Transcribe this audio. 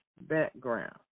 background